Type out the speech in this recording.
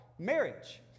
Marriage